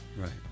Right